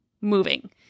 moving